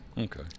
Okay